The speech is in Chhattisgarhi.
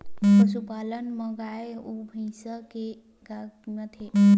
पशुपालन मा गाय अउ भंइसा के का कीमत हे?